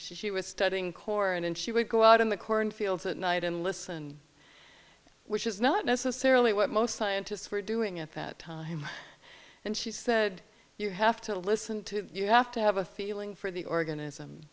line she was studying corps and she would go out in the cornfields at night and listen which is not necessarily what most scientists were doing at that time and she said you have to listen to you have to have a feeling for the organism